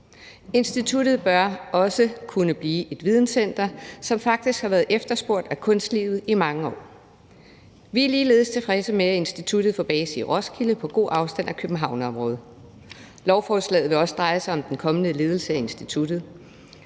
Instituttet bør også kunne blive et videncenter, som faktisk har været efterspurgt af kunstlivet i mange år. Vi er ligeledes tilfredse med, at instituttet får base i Roskilde på god afstand af Københavnsområdet. Lovforslaget drejer sig også om den kommende ledelse af instituttet.